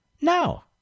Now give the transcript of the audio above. No